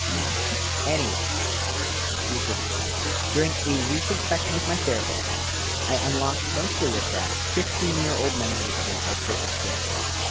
um anyways dear prudence during a recent session with my therapist i unlocked mostly repressed fifteen year old memories of my high school ex-girlfriend.